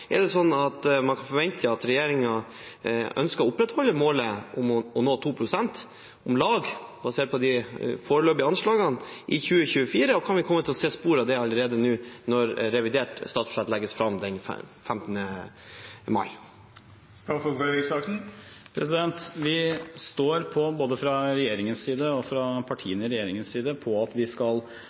ønsker å opprettholde målet om å nå 2 pst. – om lag, basert på de foreløpige anslagene – i 2024? Og kan vi komme til å se spor av det allerede når revidert statsbudsjett legges fram, den 15. mai? Vi står på – både fra regjeringens side og fra regjeringspartienes side – at vi skal